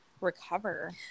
recover